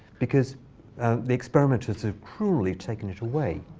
because the experimenters have cruelly taken it away.